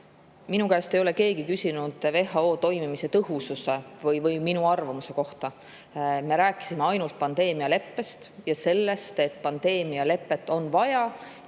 Minu käest ei ole keegi küsinud WHO toimimise tõhususe või minu arvamuse kohta. Me rääkisime ainult pandeemialeppest ja sellest, et pandeemialepet on vaja